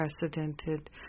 unprecedented